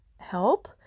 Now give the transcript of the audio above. help